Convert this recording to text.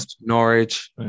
Norwich